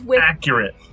accurate